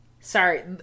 Sorry